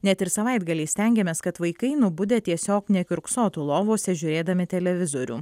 net ir savaitgaliais stengiamės kad vaikai nubudę tiesiog nekiurksotų lovose žiūrėdami televizorių